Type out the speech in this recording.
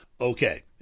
okay